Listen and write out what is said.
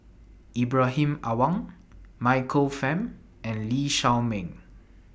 Ibrahim Awang Michael Fam and Lee Shao Meng